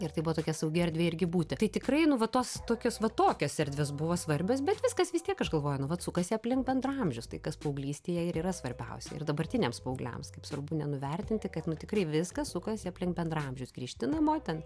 ir tai buvo tokia saugi erdvė irgi būti tai tikrai nu va tos tokios va tokios erdvės buvo svarbios bet viskas vis tiek aš galvoju nu vat sukasi aplink bendraamžius tai kas paauglystėje ir yra svarbiausia ir dabartiniams paaugliams kaip svarbu nenuvertinti kad nu tikrai viskas sukasi aplink bendraamžius grįžti namo ten